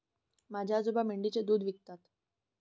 माझे आजोबा मेंढीचे दूध विकतात